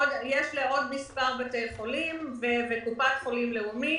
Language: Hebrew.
מספר בתי חולים, ולקופת חולים לאומית.